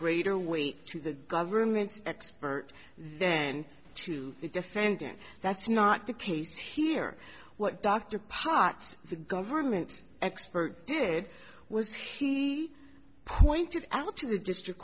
greater weight to the government's expert then to the defendant that's not the case here what dr potts the government expert did was he pointed out to the district